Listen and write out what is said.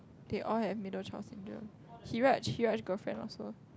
they all have middle child syndrome Heeraj Heeraj girlfriend also